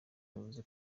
yavuze